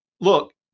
look